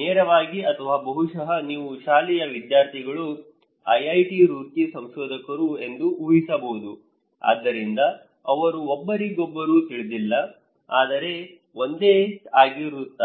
ನೇರವಾಗಿ ಅಥವಾ ಬಹುಶಃ ನೀವು ಶಾಲೆಯ ವಿದ್ಯಾರ್ಥಿಗಳು IIT ರೂರ್ಕಿಯ ಸಂಶೋಧಕರು ಎಂದು ಊಹಿಸಬಹುದು ಆದ್ದರಿಂದ ಅವರು ಒಬ್ಬರಿಗೊಬ್ಬರು ತಿಳಿದಿಲ್ಲ ಆದರೆ ಒಂದೇ ಆಗಿರುತ್ತಾರೆ